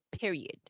period